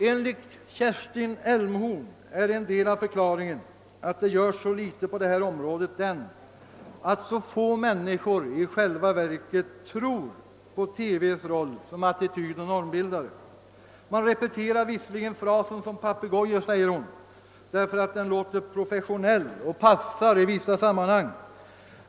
Enligt Kerstin Elmborn är en del av förklaringen till att det görs så litet på det här området den, att så få människor i själva verket tror på TV:s roll som attitydoch normbildare. »Man repeterar visserligen frasen som papegojor», säger hon, »därför att den låter professionell och passar i vissa sammanhang.